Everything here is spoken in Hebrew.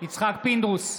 יצחק פינדרוס,